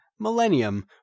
millennium